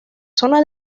zona